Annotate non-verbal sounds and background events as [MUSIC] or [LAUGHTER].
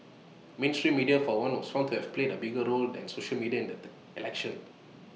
mainstream media for one was found to have played A bigger role than social media in [NOISE] the election